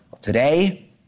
Today